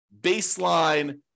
baseline